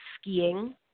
skiing